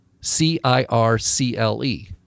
c-i-r-c-l-e